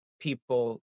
people